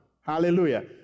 Hallelujah